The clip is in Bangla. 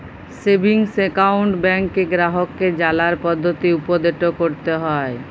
সেভিংস একাউন্ট ব্যাংকে গ্রাহককে জালার পদ্ধতি উপদেট ক্যরতে হ্যয়